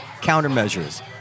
countermeasures